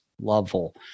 level